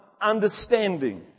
understanding